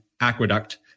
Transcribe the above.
aqueduct